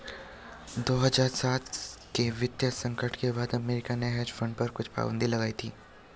दो हज़ार सात के वित्तीय संकट के बाद अमेरिका ने हेज फंड पर कुछ पाबन्दी लगाई थी